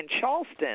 Charleston